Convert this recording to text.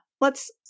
let's-